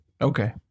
Okay